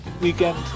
weekend